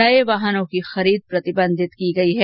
नए वाहनों की खरीद प्रतिबंधित की गई है